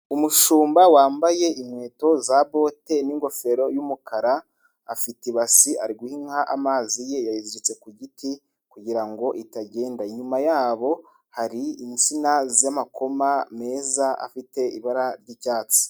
Umushumba wambaye inkweto za bote n'ingofero y'umukara, afite ibasi ari guha inka amazi ye yaziritse ku giti kugira ngo itagenda, inyuma yabo hari insina z'amakoma meza afite ibara ry'icyatsi.